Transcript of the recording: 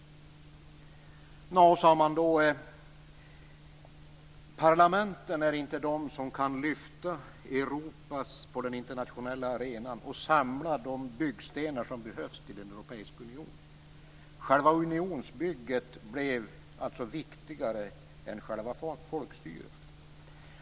Då undrade man om inte parlamenten är de som kan lyfta Europa på den nationella arenan och samla de byggstenar som behövs till en europeisk union. Själva unionsbygget blev alltså viktigare än själva folkstyret.